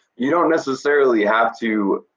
you don't necessarily have to,